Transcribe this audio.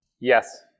Yes